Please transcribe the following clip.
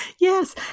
yes